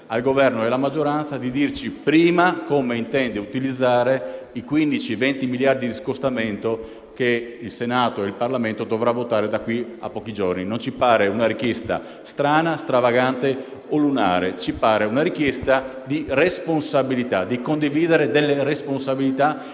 al Governo e alla maggioranza di dirci prima come intenda utilizzare i 15-20 miliardi di scostamento che il Senato e la Camera dei Deputati dovranno votare da qui a pochi giorni. Non ci pare una richiesta strana, stravagante o lunare. Ci pare una richiesta di responsabilità, di condivisione delle responsabilità